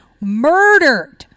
murdered